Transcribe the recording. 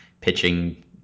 pitching